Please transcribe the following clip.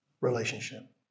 relationship